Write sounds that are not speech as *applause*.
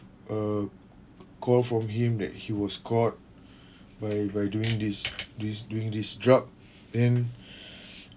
a call from him that he was caught by by doing this this doing this drug then *breath*